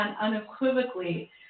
unequivocally